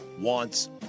wants